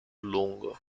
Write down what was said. lungo